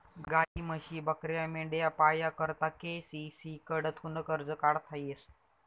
गायी, म्हशी, बकऱ्या, मेंढ्या पाया करता के.सी.सी कडथून कर्ज काढता येस